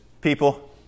people